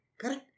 Correct